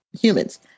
humans